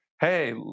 hey